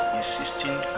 insisting